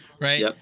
Right